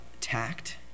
tact